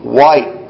white